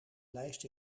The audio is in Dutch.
lijst